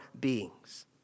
beings